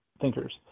thinkers